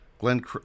Glenn